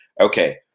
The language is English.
okay